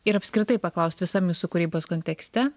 ir apskritai paklaust visam jūsų kūrybos kontekste